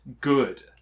good